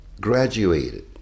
graduated